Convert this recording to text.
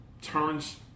turns